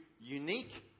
unique